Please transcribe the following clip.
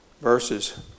verses